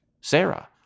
Sarah